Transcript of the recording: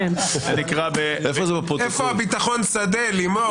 איפה הביטחון שדה לימור?